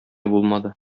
булмады